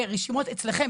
ברשימות אצלכם,